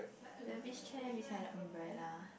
the beach chair beside the umbrella